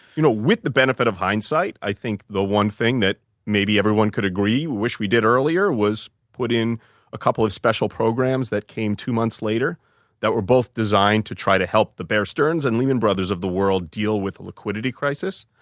you know with the benefit of hindsight, i think the one thing that maybe everyone could agree, wish we did earlier, was put in a couple of special programs that came two months later that were both designed to try to help the bear stearns and lehman brothers of the world deal with a liquidity crisis.